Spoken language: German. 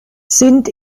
sind